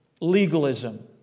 legalism